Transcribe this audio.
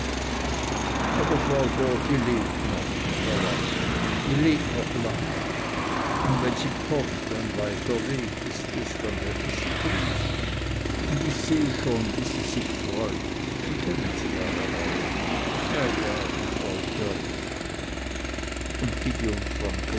aber frau dörr die lebt noch und er lachte die lebt noch lange und wenn sie kommt ein weiter weg ist es dann werd ich sie grüßen und ich sehe schon wie sie sich freut sie kennen sie ja herr baron ja ja die frau dörr und gideon